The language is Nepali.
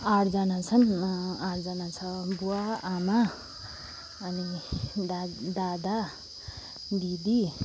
आठजना छन् आठ जना छ बुवा आमा अनि दा दादा दिदी